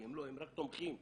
כי הם רק תומכים.